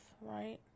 right